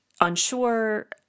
unsure